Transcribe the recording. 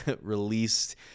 released